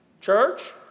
church